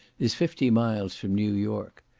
is fifty miles from new york.